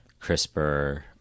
CRISPR